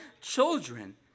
children